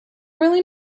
really